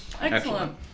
Excellent